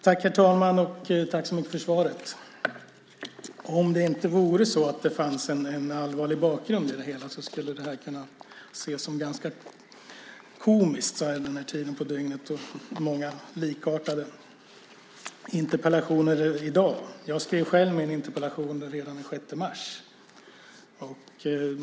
Herr talman! Jag vill tacka så mycket för svaret. Om det inte vore så att det finns en allvarlig bakgrund till det hela skulle det här kunna ses som ganska komiskt med tanke på tiden på dygnet och de många likartade interpellationsdebatterna i dag. Jag skrev min interpellation redan den 6 mars.